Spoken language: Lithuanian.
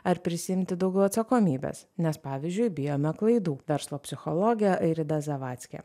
ar prisiimti daugiau atsakomybės nes pavyzdžiui bijome klaidų verslo psichologė ingrida zavadckį